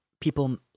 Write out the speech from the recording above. people